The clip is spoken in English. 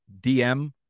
DM